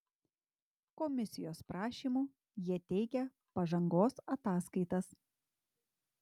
komisijos prašymu jie teikia pažangos ataskaitas